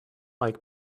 like